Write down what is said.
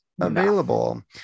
available